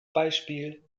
beispiel